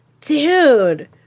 dude